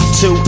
Two